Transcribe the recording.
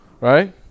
Right